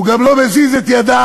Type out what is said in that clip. הוא גם לא מזיז את ידיו.